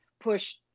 push